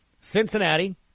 Cincinnati